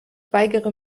weigere